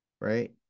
right